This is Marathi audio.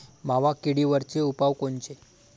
मावा किडीवरचे उपाव कोनचे?